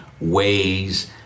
ways